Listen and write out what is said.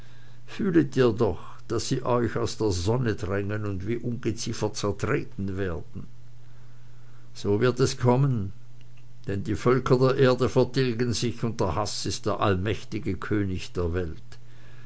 fühlet ihr doch daß sie euch aus der sonne drängen und wie ungeziefer zertreten werden so wird es kommen denn die völker der erde vertilgen sich und der haß ist der allmächtige könig der welt